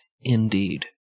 indeed